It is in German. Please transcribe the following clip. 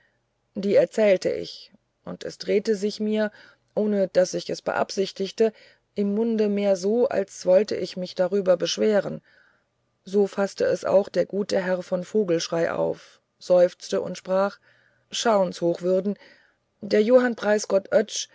die erzählte ich und es drehte sich mir ohne daß ich es beabsichtigte im munde mehr so als wollte ich mich darüber beschweren so faßte es auch der gute herr von vogelschrey auf seufzte und sprach schauen's hochwürden der johann